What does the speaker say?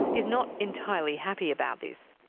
is not entirely happy about this.